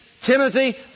Timothy